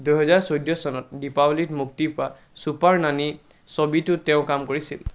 দুহেজাৰ চৈধ্য চনত দীপাৱলীত মুক্তি পোৱা ছুপাৰ নানী ছবিতো তেওঁ কাম কৰিছিল